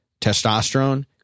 testosterone